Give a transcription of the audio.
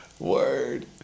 word